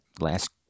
last